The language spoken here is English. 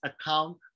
account